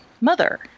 mother